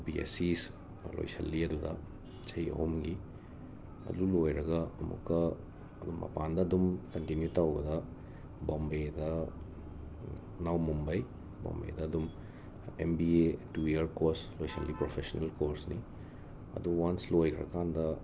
B Sc ꯂꯣꯏꯁꯤꯜꯂꯤ ꯑꯗꯨꯒ ꯆꯍꯤ ꯑꯍꯨꯝꯒꯤ ꯑꯗꯨ ꯂꯣꯏꯔꯒ ꯑꯃꯨꯛꯀ ꯑꯗꯨꯝ ꯃꯄꯥꯟꯗ ꯑꯗꯨꯝ ꯀꯟꯇꯤꯅ꯭ꯌꯨ ꯇꯧꯔꯒ ꯕꯣꯝꯕꯦꯗ ꯅꯥꯎ ꯃꯨꯝꯕꯩ ꯕꯣꯝꯕꯦꯗ ꯑꯗꯨꯝ M B A two year course ꯂꯣꯏꯁꯤꯜꯂꯤ ꯄ꯭ꯔꯣꯐꯦꯁꯅꯦꯜ ꯀꯣꯔꯁꯅꯤ ꯑꯗꯨ ꯋꯥꯟꯁ ꯂꯣꯏꯒꯈ꯭ꯔꯀꯥꯟꯗ